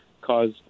cause